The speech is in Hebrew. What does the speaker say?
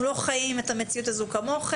אנחנו לא חיים את המציאות הזאת כמוכם,